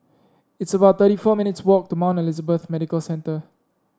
it's about thirty four minutes' walk to Mount Elizabeth Medical Centre